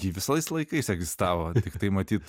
ji visais laikais egzistavo tiktai matyt